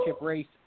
race